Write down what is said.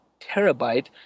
terabyte